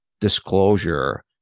disclosure